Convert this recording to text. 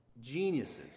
geniuses